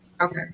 Okay